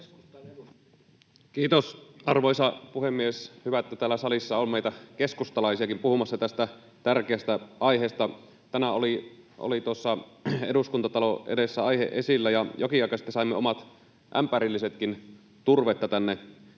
Kiitos, arvoisa puhemies! Hyvä, että täällä salissa on meitä keskustalaisiakin puhumassa tästä tärkeästä aiheesta. — Tänään oli tuossa Eduskuntatalon edessä aihe esillä, ja jokin aika sitten saimme omat ämpärillisetkin turvetta tänne